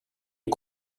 est